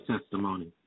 testimony